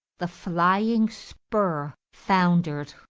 the flying spur, foundered.